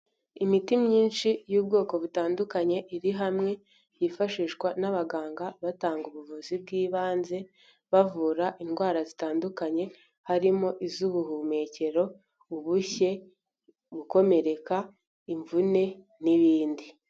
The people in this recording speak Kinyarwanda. Imiti myinshi y'ubwoko butandukanye iri hamwe yifashishwa n'abaganga batanga ubuvuzi bw'ibanze bavura indwara zitandukanye harimo iz'ubuhumekero, ubushye gukomereka, imvune n'ibindi.